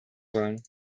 sollen